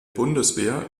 bundeswehr